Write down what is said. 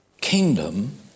kingdom